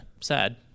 sad